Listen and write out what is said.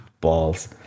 Balls